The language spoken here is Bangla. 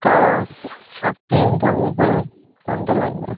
কবচ সিমেন্ট পাবেন বলুন কোনটা লাগবে